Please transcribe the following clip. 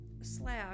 slash